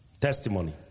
Testimony